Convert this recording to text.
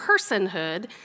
personhood